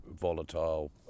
volatile